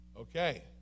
Okay